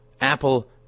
Apple